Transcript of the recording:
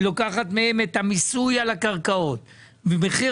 היא לוקחת מהם את המיסוי על הקרקעות ומחיר